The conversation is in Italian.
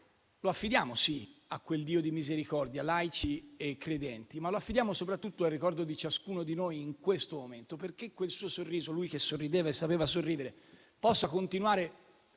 lo affidiamo, sì, a quel Dio di misericordia, laici e credenti. Ma lo affidiamo soprattutto al ricordo di ciascuno di noi in questo momento perché quel suo sorriso, lui che sorrideva e sapeva sorridere, possa continuare.